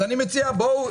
אז אני מציע, יש גבול.